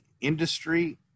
industry